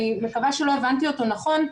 אני מקווה שלא הבנתי אותו נכון,